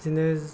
बिदिनो